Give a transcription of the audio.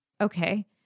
okay